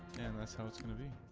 and this house committee